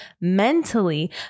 mentally